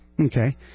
Okay